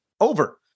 over